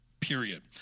period